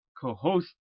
co-host